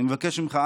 אני מבקש ממך,